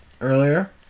earlier